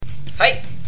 Hi